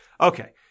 Okay